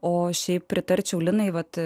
o šiaip pritarčiau linai vat